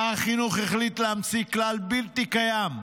שר החינוך החליט להמציא כלל בלתי קיים,